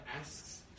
asks